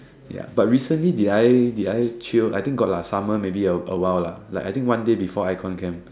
ya but recently did I did I chill I think got lah summer maybe a a while lah I think one day before icon camp